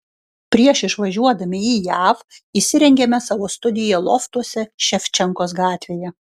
prieš išvažiuodami į jav įsirengėme savo studiją loftuose ševčenkos gatvėje